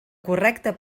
correcta